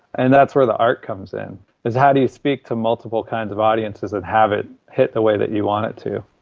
and that's where the art comes in is how do you speak to multiple kinds of audiences and have it hit the way that you want it to?